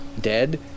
dead